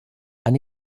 and